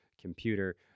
computer